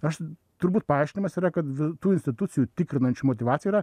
aš turbūt paaiškinimas yra kad tų institucijų tikrinančių motyvacija yra